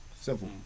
Simple